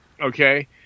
Okay